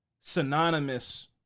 synonymous